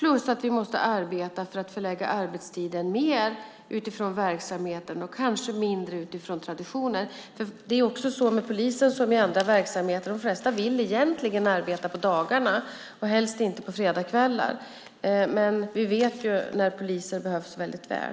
Dessutom måste vi arbeta för att förlägga arbetstiden mer utifrån verksamheten och kanske mindre utifrån traditioner. Det är ju med polisen som med andra verksamheter: De flesta vill egentligen arbeta på dagarna och helst inte på fredagskvällar. Men vi vet ju när poliser behövs väldigt väl.